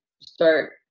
start